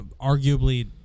arguably